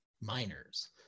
miners